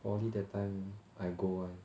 poly that time I go one